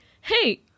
hey